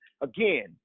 Again